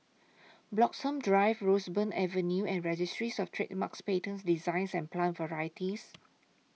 Bloxhome Drive Roseburn Avenue and Registries of Trademarks Patents Designs and Plant Varieties